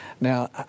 Now